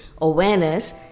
awareness